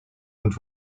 und